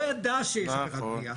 לא ידע שיש עבירת בנייה.